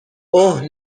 اوه